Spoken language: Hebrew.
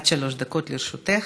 גברתי, עד שלוש דקות לרשותך.